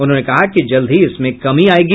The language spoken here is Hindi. उन्होंने कहा कि जल्द ही इसमें कमी आयेगी